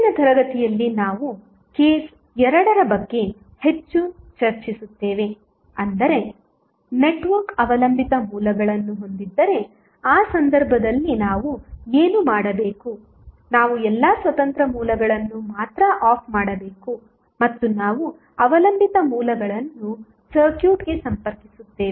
ಇಂದಿನ ತರಗತಿಯಲ್ಲಿ ನಾವು ಕೇಸ್ 2 ಬಗ್ಗೆ ಹೆಚ್ಚು ಚರ್ಚಿಸುತ್ತೇವೆ ಅಂದರೆ ನೆಟ್ವರ್ಕ್ ಅವಲಂಬಿತ ಮೂಲಗಳನ್ನು ಹೊಂದಿದ್ದರೆ ಆ ಸಂದರ್ಭದಲ್ಲಿ ನಾವು ಏನು ಮಾಡಬೇಕು ನಾವು ಎಲ್ಲಾ ಸ್ವತಂತ್ರ ಮೂಲಗಳನ್ನು ಮಾತ್ರ ಆಫ್ ಮಾಡಬೇಕು ಮತ್ತು ನಾವು ಅವಲಂಬಿತ ಮೂಲಗಳನ್ನು ಸರ್ಕ್ಯೂಟ್ಗೆ ಸಂಪರ್ಕಿಸುತ್ತೇವೆ